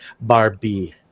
Barbie